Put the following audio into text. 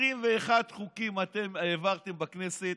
21 חוקים אתם העברתם בכנסת,